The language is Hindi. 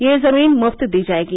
यह जमीन मुफ्त दी जायेगी